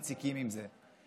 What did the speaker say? מציקים עם זה,